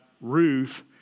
Ruth